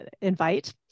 invite